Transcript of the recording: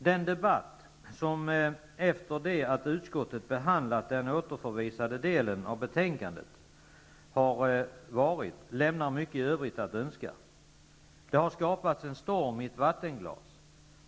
Den debatt som förts efter det att utskottet behandlat den återförvisade delen av det tidigare betänkandet lämnar mycket i övrigt att önska. Det har skapats en storm i ett vattenglas.